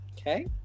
Okay